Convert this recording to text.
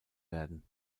werden